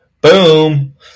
Boom